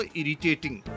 irritating